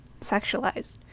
sexualized